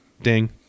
Ding